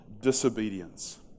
disobedience